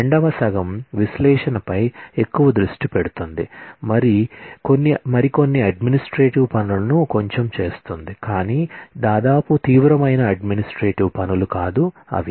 రెండవ సగం విశ్లేషణపై ఎక్కువ దృష్టి పెడుతుంది మరి కొన్ని అడ్మినిస్ట్రేటివ్ పనులను కొంచెం చేస్తుంది కానీ దాదాపు తీవ్రమైన అడ్మినిస్ట్రేటివ్ పనులు కాదు అవి